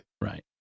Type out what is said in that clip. right